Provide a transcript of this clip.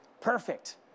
Perfect